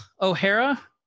O'Hara